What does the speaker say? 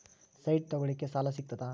Site ತಗೋಳಿಕ್ಕೆ ಸಾಲಾ ಸಿಗ್ತದಾ?